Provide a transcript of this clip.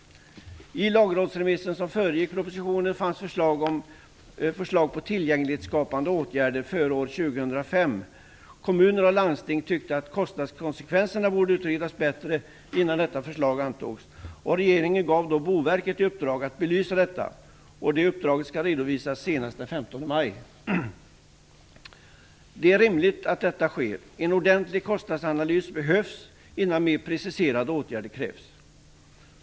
I lagrådsremissen som föregick propositionen fanns förslag på tillgänglighetsskapande åtgärder före år 2005. Kommuner och landsting tyckte att kostnadskonsekvenserna borde utredas bättre innan detta förslag antogs. Regeringen gav då Boverket i uppdrag att belysa detta. Uppdraget skall redovisas senast den 15 maj. Det är rimligt att detta sker. En ordentlig kostnadsanalys behövs innan mer preciserade åtgärder krävs.